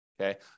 okay